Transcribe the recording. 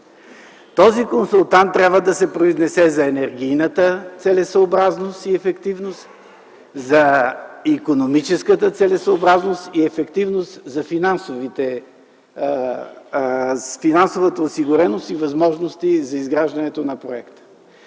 Този консултант трябва да се произнесе за енергийната целесъобразност и ефективност, за икономическата целесъобразност и ефективност, за финансовата осигуреност и възможности за изграждането на проекта.